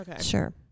Sure